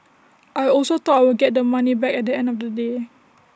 I also thought I would get the money back at the end of the day